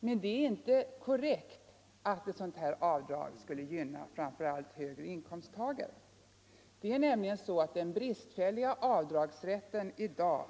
Men det är inte korrekt att säga att ett sådant avdrag skulle gynna framför allt höginkomsttagare. Den bristfälliga avdragsrätten i dag